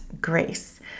grace